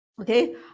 okay